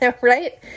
right